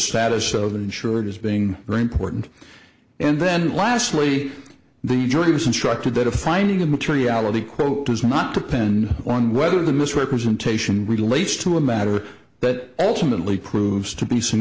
status of the insured as being very important and then lastly the jury was instructed that a finding of materiality quote does not depend on whether the misrepresentation relates to a matter that ultimately proves to be s